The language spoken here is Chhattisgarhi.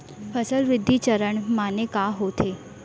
फसल वृद्धि चरण माने का होथे?